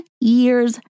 years